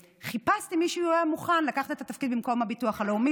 חיפשתי מישהו שהיה מוכן לקחת את התפקיד במקום הביטוח הלאומי,